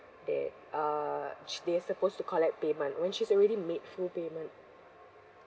that uh ch~ they are supposed to collect payment when she's already made full payment